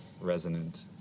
resonant